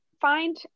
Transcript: find